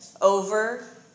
over